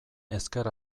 ezker